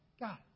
God